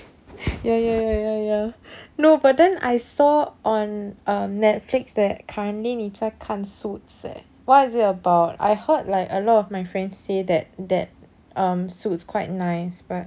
ya ya ya ya no but then I saw on netflix that currently 你在看 suits eh what is it about I heard like a lot of my friends say that that um suits quite nice right